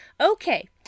okay